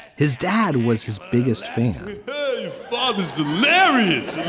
his dad was his biggest fan father's memories,